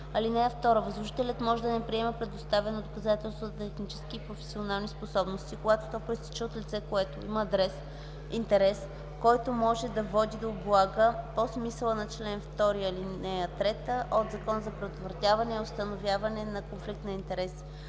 (2) Възложителят може да не приеме представено доказателство за технически и професионални способности, когато то произтича от лице, което има интерес, който може да води до облага по смисъла на чл. 2, ал. 3 от Закона за предотвратяване и установяване на конфликт на интереси.